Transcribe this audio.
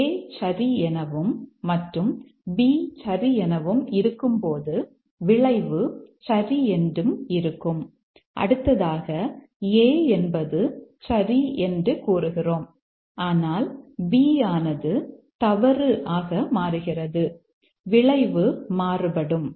A சரி எனவும் மற்றும் B சரி எனவும் இருக்கும்போது விளைவு சரி என்றும் இருக்கும் அடுத்ததாக A என்பது சரி என்று கூறுகிறோம் ஆனால் B ஆனது தவறு ஆக மாறுகிறது விளைவு மாறுபடும்